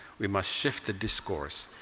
we must shift the discourse,